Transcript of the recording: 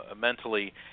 mentally